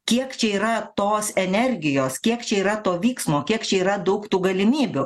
kiek čia yra tos energijos kiek čia yra to vyksmo kiek čia yra daug tų galimybių